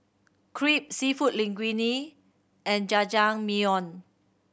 Crepe Seafood Linguine and Jajangmyeon